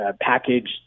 packaged